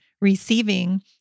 receiving